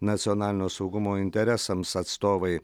nacionalinio saugumo interesams atstovai